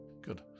Good